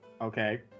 okay